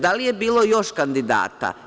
Da li je bilo još kandidata?